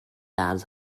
ads